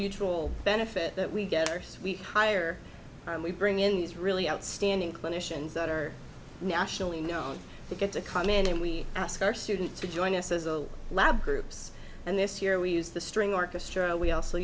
neutral benefit that we get our suite hire and we bring in these really outstanding clinicians that are nationally known to get to come in and we ask our students to join us as a lab groups and this year we use the string orchestra we also